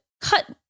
cut